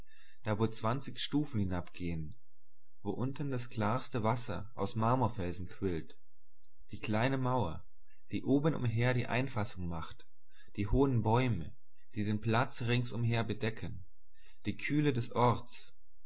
zwanzig stufen hinabgehen wo unten das klarste wasser aus marmorfelsen quillt die kleine mauer die oben umher die einfassung macht die hohen bäume die den platz rings umher bedecken die kühle des orts